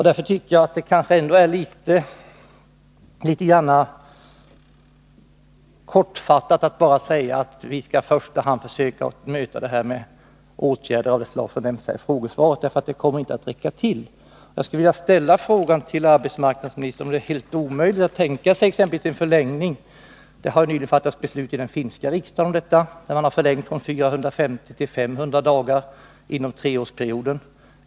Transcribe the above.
Därför är det litet för kortfattat att bara säga att man i första hand skall försöka möta detta med åtgärder av olika slag, som det sägs i frågesvaret, för det kommer inte att räcka till. Jag skulle vilja ställa frågan till arbetsmarknadsministern om det är helt omöjligt att tänka sig en förlängning. Det har nyligen fattats beslut i finska riksdagen om detta, där man har förlängt från 450 till 500 dagar inom treårsperioden.